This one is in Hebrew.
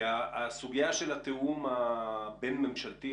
שהסוגיה של התיאום הבין ממשלתי,